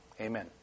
Amen